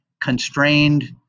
constrained